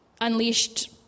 unleashed